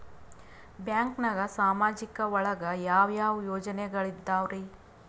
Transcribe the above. ಬ್ಯಾಂಕ್ನಾಗ ಸಾಮಾಜಿಕ ಒಳಗ ಯಾವ ಯಾವ ಯೋಜನೆಗಳಿದ್ದಾವ್ರಿ?